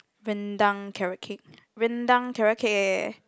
Rendang Carrot-Cake Rendang Carrot-Cake eh